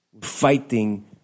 Fighting